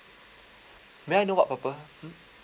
may I know what purpose